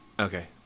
Okay